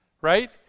right